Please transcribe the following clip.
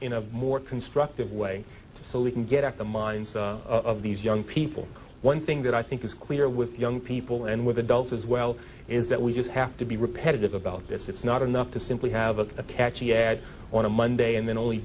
a more constructive way so we can get at the minds of these young people one thing that i think is clear with young people and with adults as well is that we just have to be repetitive about this it's not enough to simply have a on a monday and then only